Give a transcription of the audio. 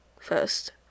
first